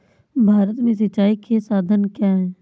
भारत में सिंचाई के साधन क्या है?